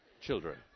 children